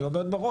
אני אומר מראש,